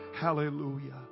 Hallelujah